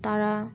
তারা